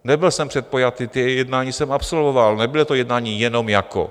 Nebyl jsem předpojatý, ta jednání jsem absolvoval, nebyla to jednání jenom jako.